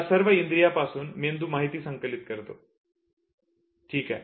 या सर्व इंद्रियांपासून मेंदू माहिती संकलित करतो ठीक आहे